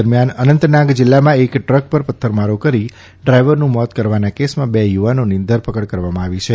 દરમિયાન અનંતનાગ જિલ્લામાં એક ટ્રક પર પથ્થરમારો કરી ડ્રાઇવરનું મોત કરવાના કેસમાં બે યુવાનોની ધરપકડ કરવામાં આવી છે